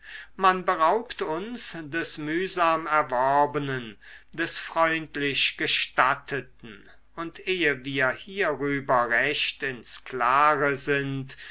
man beraubt uns des mühsam erworbenen des freundlich gestatteten und ehe wir hierüber recht ins klare sind